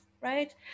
right